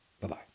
Bye-bye